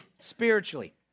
spiritually